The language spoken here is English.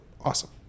awesome